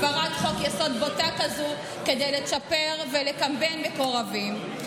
הפרת חוק-יסוד בוטה כזאת כדי לצ'פר ולקמבן מקורבים.